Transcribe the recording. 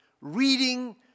reading